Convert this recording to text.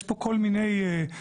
יש פה כל מיני מורכבויות.